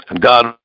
God